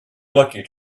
lucky